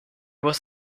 was